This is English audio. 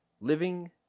living